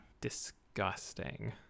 disgusting